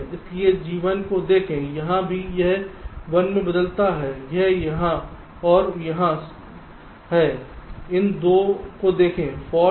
इसलिए G1 को देखें जहाँ भी यह 1 में बदलता है यह यहाँ और यहाँ सही है इन 2 को देखें फाल्ट